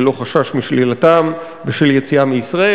ללא חשש לשלילתם בשל יציאה מישראל.